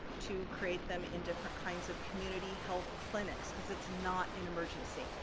to create them in different kinds of community health clinics, cause it's not an emergency.